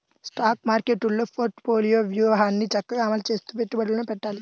stock మార్కెట్టులో portfolio వ్యూహాన్ని చక్కగా అమలు చేస్తూ పెట్టుబడులను పెట్టాలి